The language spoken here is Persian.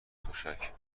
تشک